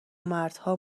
مردها